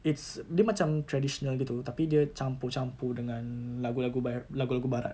it's dia macam traditional gitu tapi dia campur-campur dengan lagu-lagu bar~ lagu-lagu barat